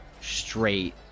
straight